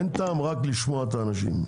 אין טעם רק בלשמוע את האנשים.